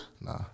Nah